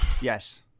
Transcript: Yes